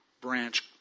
branch